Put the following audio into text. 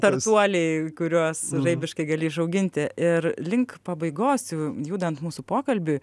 startuoliai kuriuos žaibiškai gali išauginti ir link pabaigos jau judant mūsų pokalbiui